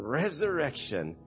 resurrection